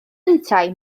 yntau